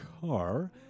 car